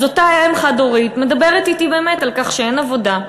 אז אותה אם חד-הורית מדברת אתי באמת על כך שאין עבודה,